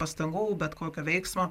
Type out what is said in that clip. pastangų bet kokio veiksmo